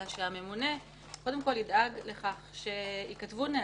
אלא שידאג לכך שייכתבו נהלים,